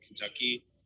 Kentucky